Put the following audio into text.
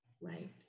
Right